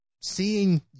seeing